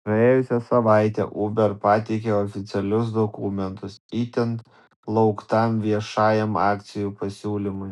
praėjusią savaitę uber pateikė oficialius dokumentus itin lauktam viešajam akcijų pasiūlymui